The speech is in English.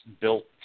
built